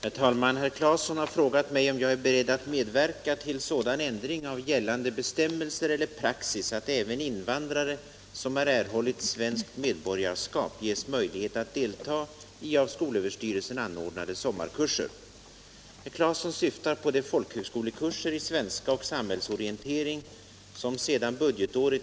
De sommarkurser skolöverstyrelsen anordnar för att förbättra invandrarnas kunskap om språk och samhälle har blivit mycket uppskattade. Tyvärr utestängs många av de invandrare som behöver och gärna vill delta i dessa sommarkurser i och med att de blivit svenska medborgare.